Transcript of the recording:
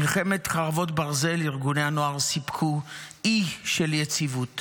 במלחמת חרבות ברזל ארגוני הנוער סיפקו אי של יציבות